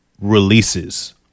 releases